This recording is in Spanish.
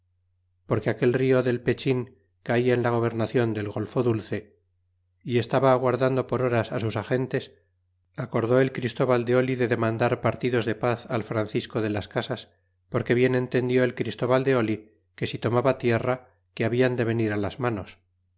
porque aquel rio del pechin cala en la gobernacion del golfo dulce y estaba aguardando por horas sus gentes acordé el christóval de oli de demandar partidos de paz al francisco de las casas porque bien entendió el christóval de oli que si tomaba tierra que rabian de venir las manos